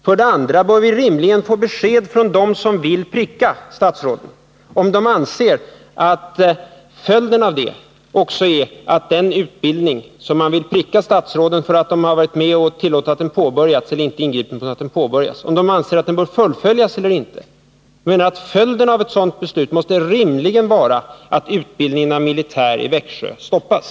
För det andra bör vi få besked från dem som vill pricka statsråden om huruvida de anser att följden av prickningen också är att utbildningen — den utbildning som man vill pricka statsråden för att de varit med om att tillåta — bör avbrytas. Följden av ett beslut om anmärkning måste rimligen vara att utbildningen av libysk militär i Växjö stoppas.